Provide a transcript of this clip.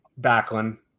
Backlund